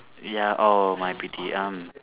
ya orh my pity um